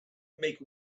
make